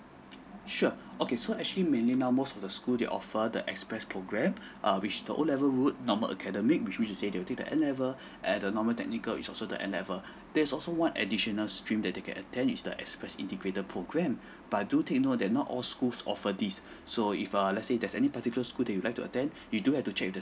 sure okay so actually mainly now most of the school they offer the express program err which the O level route normal academic which mean to say they do the N level and the normal technical is also the N level there's also one additional stream that they can attend is the express integrated program but do take note that not all schools offer this so if err let's say there's any particular school that you'd like to attend you do have to check with the